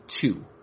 two